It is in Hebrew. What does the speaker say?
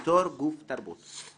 בתור 'גוף תרבות'".